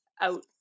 out